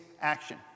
action